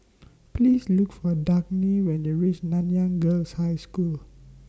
Please Look For Dagny when YOU REACH Nanyang Girls' High School